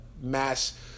mass